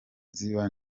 ziba